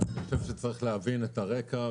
רק אני חושב שצריך להבין את הרקע,